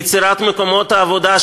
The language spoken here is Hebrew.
ביצירת מקומות עבודה,